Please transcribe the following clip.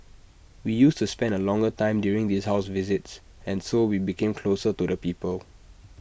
we used to spend A longer time during this house visits and so we became closer to the people